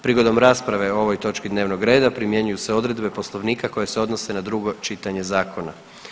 Prigodom rasprave o ovoj točki dnevnog reda primjenjuju se odredbe poslovnika koje se odnose na drugo čitanje zakona.